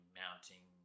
mounting